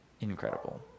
incredible